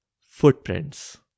Footprints